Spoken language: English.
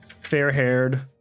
fair-haired